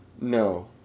No